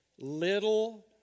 little